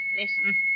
listen